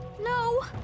No